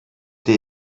der